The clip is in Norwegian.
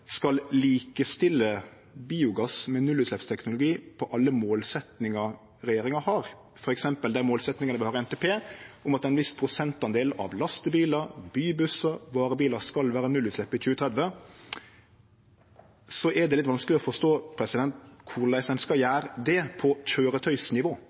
skal likestille biogass med nullutsleppsteknologi på alle målsetjingar regjeringa har, f.eks. dei målsetjingane vi har i NTP om at ein viss prosentandel av lastebilar, bybussar og varebilar skal vere nullutsleppskøyretøy i 2030, er det litt vanskeleg å forstå korleis ein skal